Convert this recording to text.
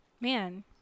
man